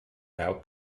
now